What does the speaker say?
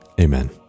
Amen